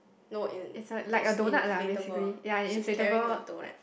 no in those inflatable she's carrying a donut